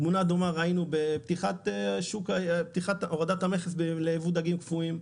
תמונה דומה ראינו בפתיחת השוק ליבוא דגים קפואים.